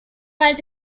als